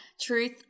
Truth